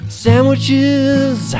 sandwiches